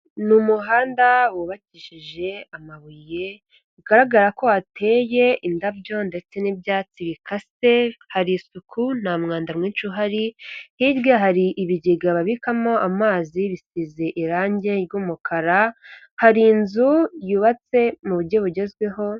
Ni umuhanda wubakishije amabuye, bigaragara ko hateye indabyo ndetse n'ibyatsi bikase, hari isuku, nta mwanda mwinshi uhari, hirya hari ibigega babikamo amazi bisize irangi ry'umukara, hari inzu yubatse mu buryo bugezweho.